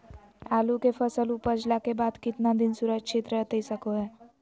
आलू के फसल उपजला के बाद कितना दिन सुरक्षित रहतई सको हय?